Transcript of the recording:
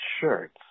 shirts